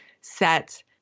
set